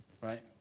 Right